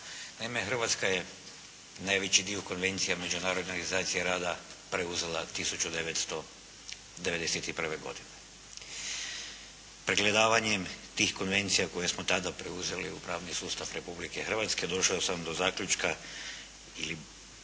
Naime, Hrvatska je najveći dio konvencija Međunarodne organizacije rada preuzela 1991. godine. Pregledavanjem tih konvencija koje smo tada preuzeli u pravni sustav Republike Hrvatske došao sam do zaključka ili